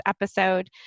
episode